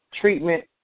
treatment